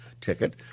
ticket